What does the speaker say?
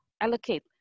allocate